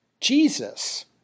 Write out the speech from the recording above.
Jesus